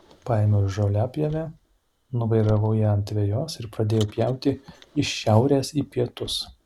paėmiau žoliapjovę nuvairavau ją ant vejos ir pradėjau pjauti iš šiaurės į pietus